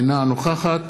אינה נוכחת